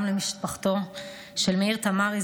גם למשפחתו של מאיר תמרי,